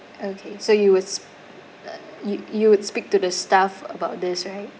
okay so you will s~ uh you you would speak to the staff about this right